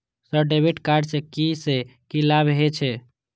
Sir debit card से की से की लाभ हे छे?